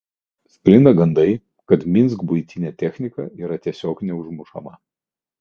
sklinda gandai kad minsk buitinė technika yra tiesiog neužmušama